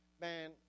Man